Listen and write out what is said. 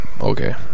Okay